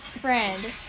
friend